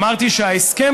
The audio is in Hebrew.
אמרתי שההסכם,